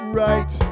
right